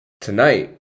tonight